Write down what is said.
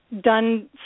done